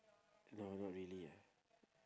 no not really ah